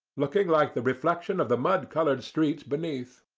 looking like the reflection of the mud-coloured streets beneath.